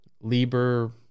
Lieber